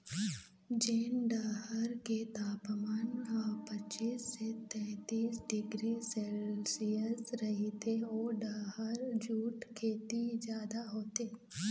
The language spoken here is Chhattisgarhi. जेन डहर के तापमान ह पचीस ले पैतीस डिग्री सेल्सियस रहिथे ओ डहर जूट खेती जादा होथे